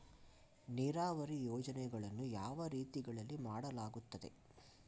ನೀರಾವರಿ ಯೋಜನೆಗಳನ್ನು ಯಾವ ರೀತಿಗಳಲ್ಲಿ ಮಾಡಲಾಗುತ್ತದೆ?